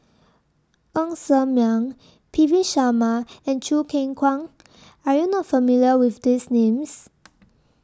Ng Ser Miang P V Sharma and Choo Keng Kwang Are YOU not familiar with These Names